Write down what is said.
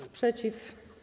Sprzeciw.